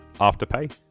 Afterpay